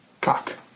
cock